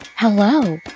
Hello